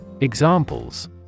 Examples